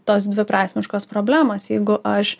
tos dviprasmiškos problemos jeigu aš